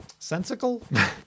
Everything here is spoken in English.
Sensical